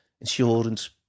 insurance